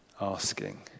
asking